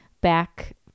back